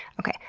okay,